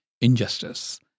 injustice